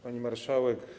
Pani Marszałek!